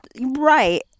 right